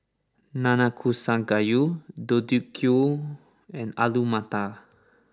Nanakusa Gayu Deodeok Gui and Alu Matar